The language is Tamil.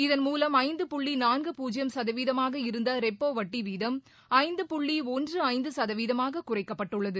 இதன்மூலம் ஐந்து புள்ளி நான்கு பூஜ்ஜியம் சதவீதமாக இருந்த ரெப்போ வட்டி வீதம் ஐந்து புள்ளி ஒன்று ஐந்து சதவீதமாக குறைக்கப்பட்டுள்ளது